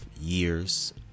years